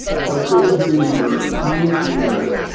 so please remember, kindness matters,